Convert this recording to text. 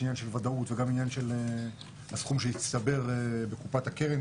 יש גם עניין של ודאות וגם עניין של הסכום שהצטבר בקופת הקרן,